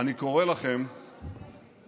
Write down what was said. אני קורא לכם להקשיב,